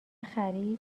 خرید